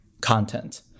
content